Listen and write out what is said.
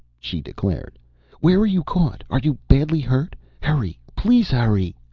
she declared where are you caught? are you badly hurt? hurry, please hurry!